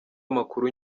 amakuru